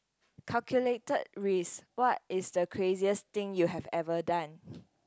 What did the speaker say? calculated risk what is the craziest thing you have ever done